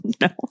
No